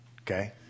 Okay